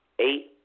Eight